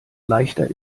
leichter